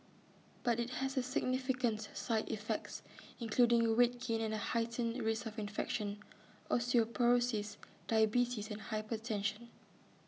but IT has significant side effects including weight gain and A heightened risk of infection osteoporosis diabetes and hypertension